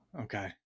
Okay